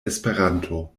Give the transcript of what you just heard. esperanto